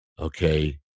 okay